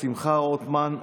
שמחה רוטמן,